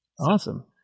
Awesome